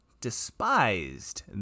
despised